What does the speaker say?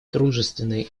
дружественные